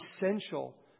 essential